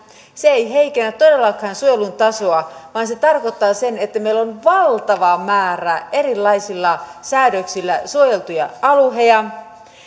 se ei heikennä todellakaan suojelun tasoa vaan se tarkoittaa sitä että meillä on valtava määrä erilaisilla säädöksillä suojeltuja alueita